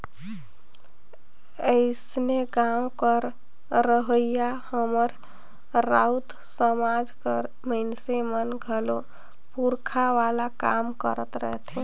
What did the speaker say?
अइसने गाँव कर रहोइया हमर राउत समाज कर मइनसे मन घलो पूरखा वाला काम करत रहथें